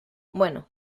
bueno